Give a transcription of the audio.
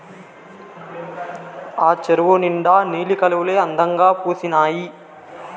ఆ చెరువు నిండా నీలి కలవులే అందంగా పూసీనాయి